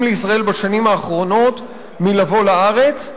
לישראל בשנים האחרונות מלבוא לארץ,